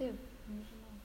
taip nežinau